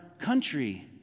country